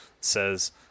says